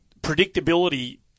predictability